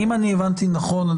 אם הבנתי נכון,